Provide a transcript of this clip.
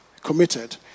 committed